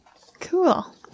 Cool